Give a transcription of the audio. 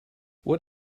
what